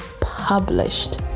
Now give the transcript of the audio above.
published